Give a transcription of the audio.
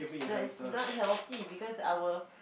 no it's not healthy because our